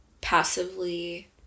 passively